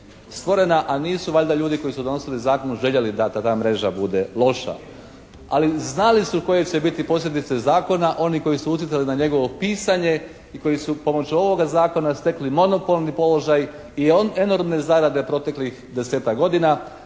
stvorena, a nisu valjda ljudi koji su donosili zakon da ta mreža bude loša. Ali znali su koje će biti posljedice zakona. Oni koji su utjecali na njegovo pisanje i koji su pomoću ovoga zakona stekli monopolni položaj i one enormne zarade proteklih desetak godina